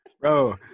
Bro